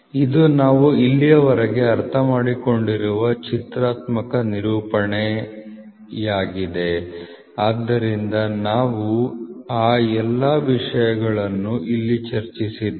ಇದು ನಾವು ಇಲ್ಲಿಯವರೆಗೆ ಅರ್ಥಮಾಡಿಕೊಂಡಿರುವ ಚಿತ್ರಾತ್ಮಕ ನಿರೂಪಣೆಯಾಗಿದೆ ಆದ್ದರಿಂದ ನಾವು ಆ ಎಲ್ಲ ವಿಷಯಗಳನ್ನು ಇಲ್ಲಿ ಇರಿಸಿದ್ದೇವೆ